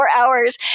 hours